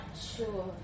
sure